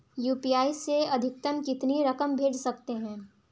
UPI से अधिकतम कितनी रकम भेज सकते हैं?